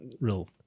real